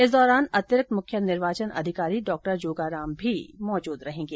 इस दौरान अतिरिक्त मुख्य निर्वाचन अधिकारी डॉ जोगाराम भी उपस्थित रहेंगे